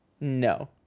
no